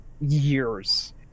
years